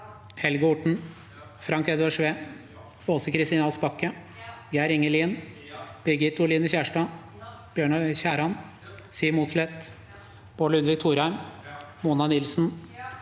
Helge Orten, Frank Edvard Sve, Åse Kristin Ask Bakke, Geir Inge Lien, Birgit Oline Kjerstad, Bjørnar Skjæran, Siv Mossleth, Bård Ludvig Thorheim, Mona Nilsen,